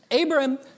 Abram